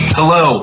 Hello